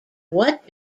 what